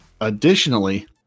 additionally